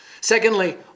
Secondly